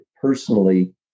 personally